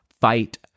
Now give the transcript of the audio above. Fight